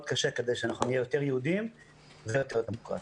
קשה כדי שאנחנו נהיה יותר יהודים ויותר דמוקרטים.